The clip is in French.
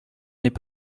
n’est